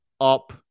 up